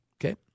Okay